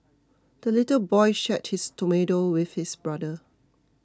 the little boy shared his tomato with his brother